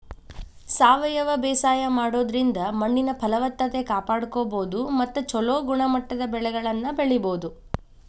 ಸಾವಯವ ಬೇಸಾಯ ಮಾಡೋದ್ರಿಂದ ಮಣ್ಣಿನ ಫಲವತ್ತತೆ ಕಾಪಾಡ್ಕೋಬೋದು ಮತ್ತ ಚೊಲೋ ಗುಣಮಟ್ಟದ ಬೆಳೆಗಳನ್ನ ಬೆಳಿಬೊದು